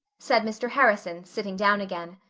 said mr. harrison, sitting down again.